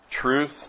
truth